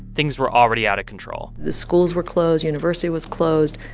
things were already out of control the schools were closed. university was closed.